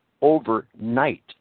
overnight